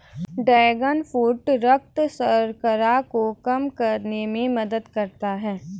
dragon fruit रक्त शर्करा को कम करने में मदद करता है